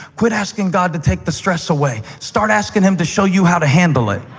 quit asking god to take the stress away. start asking him to show you how to handle it.